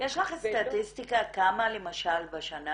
יש לך סטטיסטיקה כמה למשל בשנה